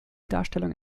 darstellung